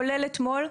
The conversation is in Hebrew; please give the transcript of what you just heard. כולל אתמול,